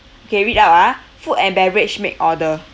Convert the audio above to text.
okay read out ah food and beverage make order